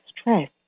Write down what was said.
stress